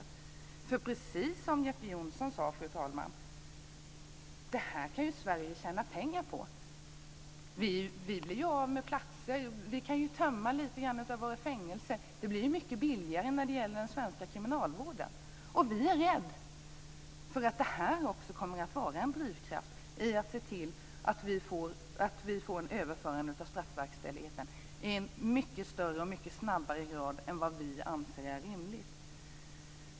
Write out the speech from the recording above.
Precis som Jeppe Johnsson sade, fru talman, så kan ju Sverige tjäna pengar på detta. Vi kan ju tömma delar av våra fängelser, och det blir ju mycket billigare för den svenska kriminalvården. Och vi är rädda för att detta också kommer att vara en drivkraft, så att vi får en överföring av straffverkställigheten i mycket högre grad än vad vi anser är rimligt.